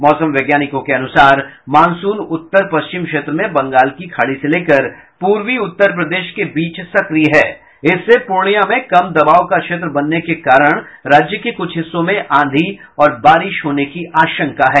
मौसम वैज्ञानिकों के अनुसार मानसून उत्तर पश्चिम क्षेत्र में बंगाल की खाड़ी से लेकर पूर्वी उत्तर प्रदेश के बीच सक्रिय है इससे पूर्णिया में कम दबाव का क्षेत्र बनने के कारण राज्य के कुछ हिस्सों में आंधी और बारिश होने की आशंका है